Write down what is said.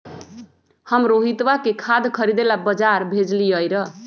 हम रोहितवा के खाद खरीदे ला बजार भेजलीअई र